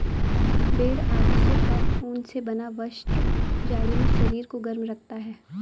भेड़ आदि से प्राप्त ऊन से बना वस्त्र जाड़े में शरीर को गर्म रखता है